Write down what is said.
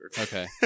Okay